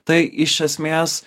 tai iš esmės